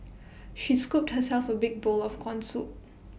she scooped herself A big bowl of Corn Soup